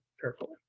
carefully